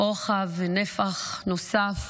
רוחב ונפח נוסף,